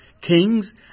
kings